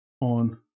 on